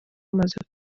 maze